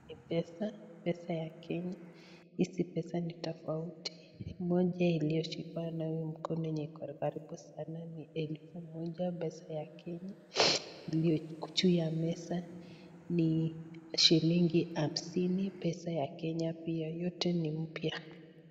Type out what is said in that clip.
Ni pesa, pesa ya Kenya. Hizi pesa ni tofauti. Moja iliyoshikwa na huyu mkono yenye iko karibu sana ni elfu moja, pesa ya Kenya, iliyo juu ya meza ni shilingi hamsini, pesa ya Kenya pia. Yote ni mpya.